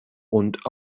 und